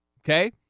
Okay